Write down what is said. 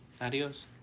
Adios